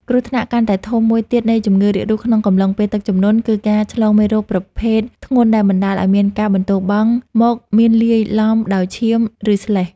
គ្រោះថ្នាក់កាន់តែធំមួយទៀតនៃជំងឺរាករូសក្នុងកំឡុងពេលទឹកជំនន់ គឺការឆ្លងមេរោគប្រភេទធ្ងន់ដែលបណ្តាលឱ្យមានការបន្ទោបង់មកមានលាយឡំដោយឈាម ឬស្លេស។